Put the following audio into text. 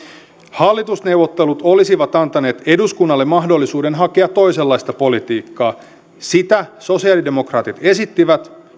hallitusneuvottelut olisivat antaneet eduskunnalle mahdollisuuden hakea toisenlaista politiikkaa sitä sosialidemokraatit esittivät